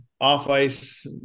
off-ice